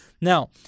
Now